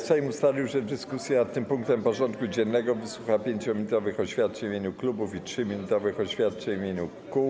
Sejm ustalił, że w dyskusji nad tym punktem porządku dziennego wysłucha 5-minutowych oświadczeń w imieniu klubów i 3-minutowych oświadczeń w imieniu kół.